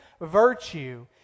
virtue